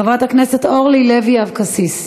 חברת הכנסת אורלי לוי אבקסיס,